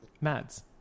Mads